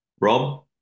Rob